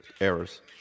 errors